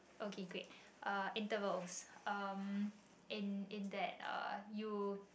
okay great uh intervals um in in that uh you